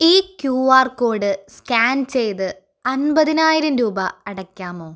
ഈ Q R code scan ചെയ്ത് അൻപതിനായിരം രൂപ അടയ്ക്കാമോ